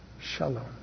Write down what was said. Shalom